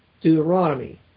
Deuteronomy